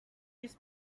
his